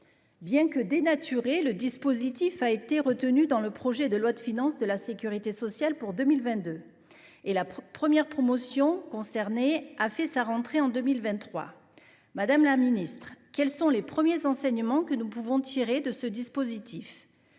ait été dénaturé, le dispositif a été retenu dans le projet de loi de financement de la sécurité sociale pour 2022, et la première promotion concernée a fait sa rentrée en 2023. Madame la ministre, quels sont les premiers enseignements que nous pouvons tirer de ce dispositif ?